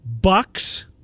Bucks